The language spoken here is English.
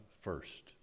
first